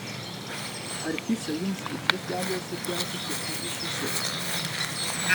ar picą jums į tris gabalus supjaustyti ar į šešis